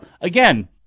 again